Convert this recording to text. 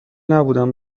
نبودم